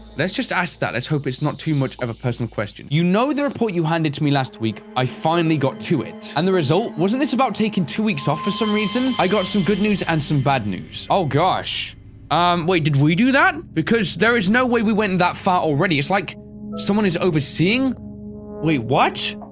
let's just ask that let's hope it's not too much of a personal question you know the report you handed to me last week i finally got to it and the result wasn't this about taking two weeks off for some reason i got some good news and some bad news oh gosh um wait did we do that because there is no way we went and that far already. it's like someone is overseeing we watch